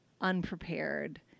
unprepared